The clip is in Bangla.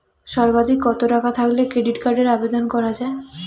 সর্বাধিক কত টাকা থাকলে ক্রেডিট কার্ডের আবেদন করা য়ায়?